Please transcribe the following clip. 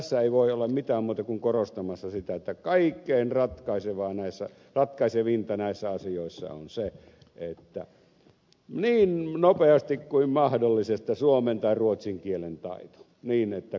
tässä ei voi olla mitään muuta kuin korostamassa sitä että kaikkein ratkaisevinta näissä asioissa on se että niin nopeasti kuin mahdollista suomen tai ruotsin kielen taito niin että kotoutuu oikein